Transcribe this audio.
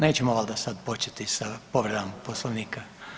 Nećemo valjda sad početi sa povredama Poslovnika.